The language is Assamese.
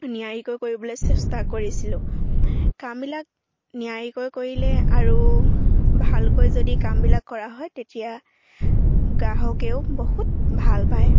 নিয়াৰিকৈ কৰিবলৈ চেষ্টা কৰিছিলোঁ কামবিলাক নিয়াৰিকৈ কৰিলে আৰু ভালকৈ যদি কামবিলাক কৰা হয় তেতিয়া গ্ৰাহকেও বহুত ভাল পায়